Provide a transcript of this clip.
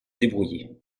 débrouiller